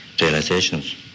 realizations